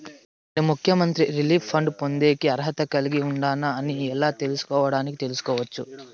నేను ముఖ్యమంత్రి relief fund పొందేకి అర్హత కలిగి ఉండానా అని ఎలా తెలుసుకోవడానికి తెలుసుకోవచ్చు